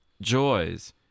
joys